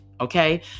Okay